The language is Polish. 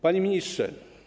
Panie Ministrze!